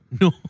No